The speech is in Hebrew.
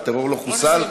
הטרור לא חוסל,